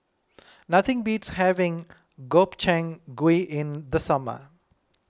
nothing beats having Gobchang Gui in the summer